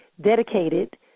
dedicated